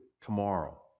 tomorrow